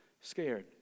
scared